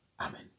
Amen